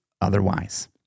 otherwise